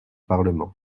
parlement